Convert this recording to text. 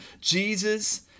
Jesus